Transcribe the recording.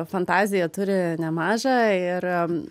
fantaziją turi nemažą ir